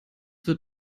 wird